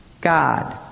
God